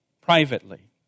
privately